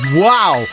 wow